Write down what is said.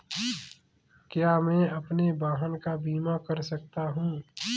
क्या मैं अपने वाहन का बीमा कर सकता हूँ?